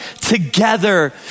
together